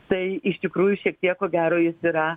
tai iš tikrųjų šiek tiek ko gero jis yra